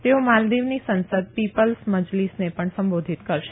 તેઓ માલદિવની સંસદ પીપલ્સ મજલીસને પણ સંબોધિત કરશે